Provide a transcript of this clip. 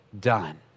done